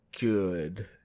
good